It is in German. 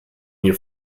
hier